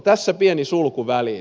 tässä pieni sulku väliin